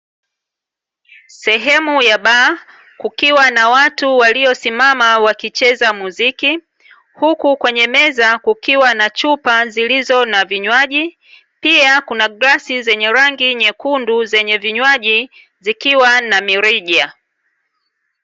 Sehemu ya baa kukiwa na watu waliosimama wakicheza muziki, huku kwenye meza kukiwa na chupa zilizo na vinywaji. Pia, kuna glasi zenye rangi nyekundu zenye vinywaji zikiwa na mirija.